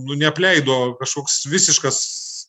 nu neapleido kažkoks visiškas